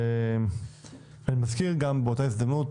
אני מזכיר באותה הזדמנות